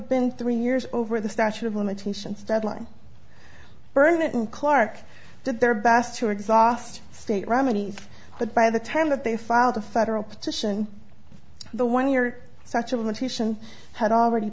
been three years over the statute of limitations deadline burnet in clark did their best to exhaust state remedies but by the time that they filed a federal petition the one year such a limitation had already